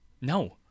No